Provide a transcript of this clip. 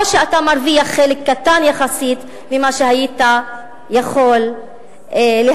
או שאתה מרוויח חלק קטן יחסית ממה שהיית יכול להרוויח.